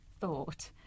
thought